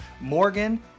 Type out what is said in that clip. Morgan